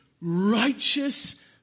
righteous